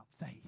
faith